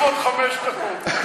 קח עוד חמש דקות.